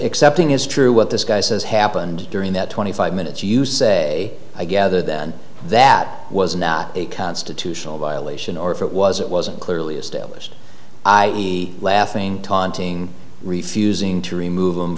accepting is true what this guy says happened during that twenty five minutes you say i gather that that was not a constitutional violation or if it was it wasn't clearly established i laughing taunting refusing to remove them